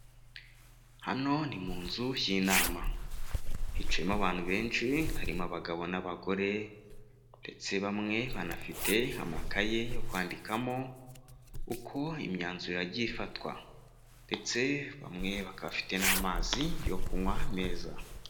Hano ni mu nzu y'inama hicayemo abantu benshi, harimo abagabo n'abagore ndetse bamwe banafite amakaye yo kwandikamo uko imyanzuro yagiye ifatwa ndetse bamwe bakaba bafite n'amazi yo kunywa meza.